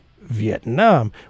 Vietnam